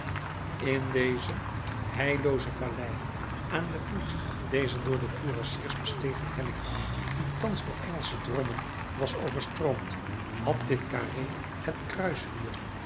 in deze heillooze vallei aan den voet dezer door de kurassiers bestegen helling die thans door engelsche drommen was overstroomd had dit carré het